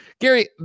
Gary